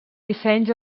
dissenys